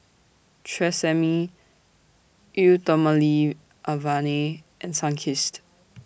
Tresemme Eau Thermale Avene and Sunkist